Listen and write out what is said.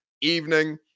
evening